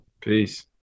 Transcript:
peace